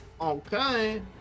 Okay